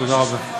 תודה רבה.